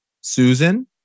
Susan